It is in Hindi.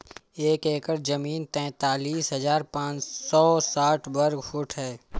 एक एकड़ जमीन तैंतालीस हजार पांच सौ साठ वर्ग फुट है